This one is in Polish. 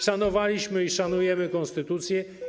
Szanowaliśmy i szanujemy konstytucję.